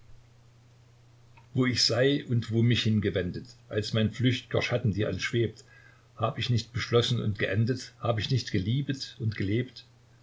wo ich sei und wo mich hingewendet als mein flücht'ger schatten dir entschwebt hab ich nicht beschlossen und geendet hab ich nicht geliebet und gelebt